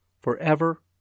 forever